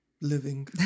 Living